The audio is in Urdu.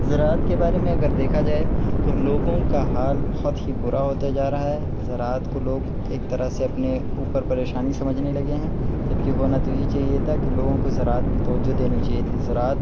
زراعت کے بارے میں اگر دیکھا تو لوگوں کا حال بہت ہی برا ہوتا جا رہا ہے زراعت کو لوگ ایک طرح سے اپنے اوپر پریشانی سمجھنے لگے ہیں جب کہ ہونا تو یہ چاہیے تھا کہ لوگوں کو زراعت پر توجہ دینی چاہیے تھی زراعت